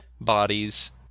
bodies